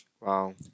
Wow